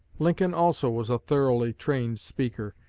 lincoln also was a thoroughly trained speaker.